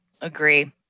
Agree